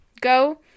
go